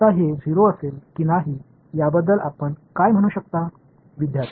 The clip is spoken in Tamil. இது 0 ஆகுமா இல்லையா என்பதை பற்றி இப்போது நீங்கள் என்ன சொல்ல முடியும்